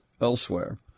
elsewhere